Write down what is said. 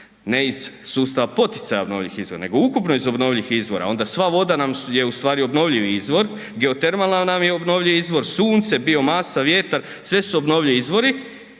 ne iz sustava poticaja obnovljivih izvora nego ukupno iz obnovljivih izvora onda sva voda nam je ustvari obnovljivi izvor, geotermalna nam je obnovljivi izvor, sunce, biomasa, vjetar sve su obnovljivi izvori